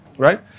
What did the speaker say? Right